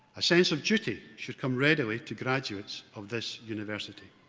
a sense of duty should come readily to graduates of this university.